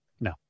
No